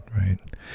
right